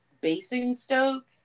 Basingstoke